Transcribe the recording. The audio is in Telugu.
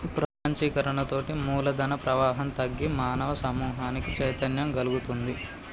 ప్రపంచీకరణతోటి మూలధన ప్రవాహం తగ్గి మానవ సమూహానికి చైతన్యం గల్గుతుంది